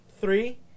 three